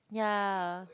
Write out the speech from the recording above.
ya